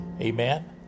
Amen